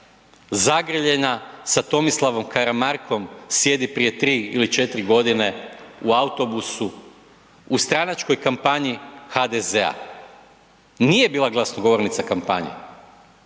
zagrljena sa Tomislavom Karamarkom sjedi prije 3 ili 4 godine u autobusu u stranačkoj kampanji HDZ-a. Nije bila glasnogovornica kampanje,